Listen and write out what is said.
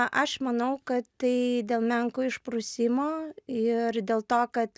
aš manau kad tai dėl menko išprusimo ir dėl to kad